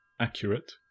accurate